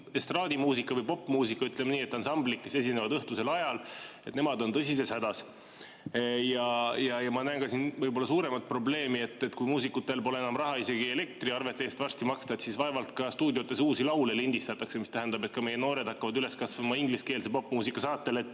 estraadi- või popmuusika ansambleid, kes esinevad õhtusel ajal. Nemad on tõsises hädas. Ja ma näen siin võib-olla ka suuremat probleemi. Kui muusikutel pole varsti enam raha isegi elektriarvete tasumiseks, siis vaevalt stuudiotes uusi laule lindistatakse, mis tähendab, et ka meie noored hakkavad üles kasvama ingliskeelse popmuusika saatel.